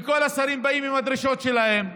וכל השרים באים עם הדרישות שלהם,